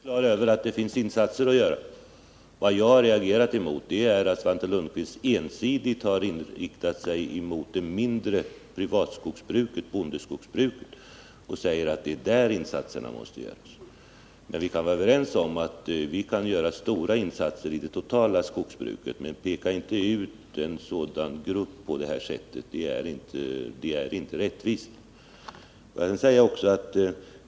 Herr talman! Jag är på det klara med att det finns insatser att göra. Vad jag har reagerat mot är att Svante Lundkvist ensidigt har inriktat sig på det mindre bondeskogsbruket och sagt att det är där insatserna måste göras. Vi kan vara överens om att vi kan göra stora insatser i det totala skogsbruket, men peka inte ut en grupp på detta sätt — det är inte rättvist.